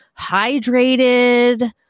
hydrated